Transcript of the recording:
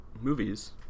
movies